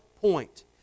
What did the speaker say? point